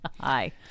Hi